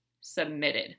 submitted